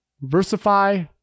Versify